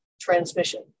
transmission